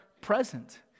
present